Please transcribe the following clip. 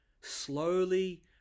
Slowly